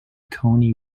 coney